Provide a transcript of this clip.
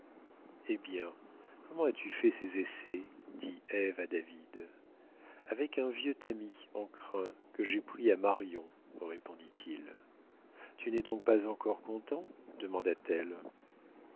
eh bien comment as-tu fait ces essais dit ève à david avec un vieux tamis en crin que j'ai pris à marion répondit-il tu n'es donc pas encore content demanda-t-elle